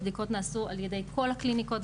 הבדיקות נעשו על ידי כל הקליניקות,